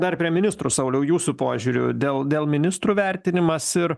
dar prie ministrų sauliau jūsų požiūriu dėl dėl ministrų vertinimas ir